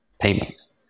payments